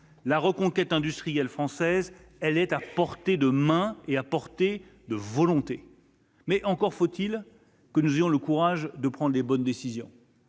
la reconquête industrielle française est à portée de main et de volonté, mais encore faut-il que nous ayons le courage de prendre les bonnes décisions,